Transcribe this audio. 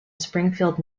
springfield